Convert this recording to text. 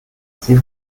sie